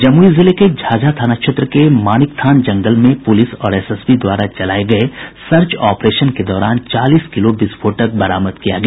जमुई जिले के झाझा थाना क्षेत्र के मणिकथान जंगल में पुलिस और एसएसबी द्वारा चलाये गये सर्च ऑपरेशन के दौरान चालीस किलो विस्फोटक बरामद किया गया